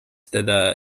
teda